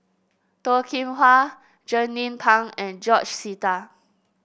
Toh Kim Hwa Jernnine Pang and George Sita